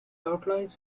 outlines